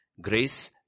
Grace